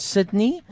Sydney